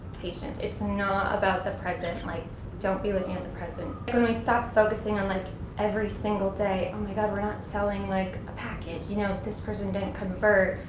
patience. it's not about the present. like don't be looking at the present. when we stopped focusing at and like every single day. oh my god we're not selling like a package, you know, this person didn't convert,